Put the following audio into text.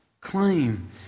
claim